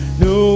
no